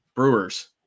Brewers